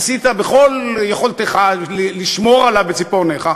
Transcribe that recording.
עשית ככל יכולתך לשמור עליו בציפורניך,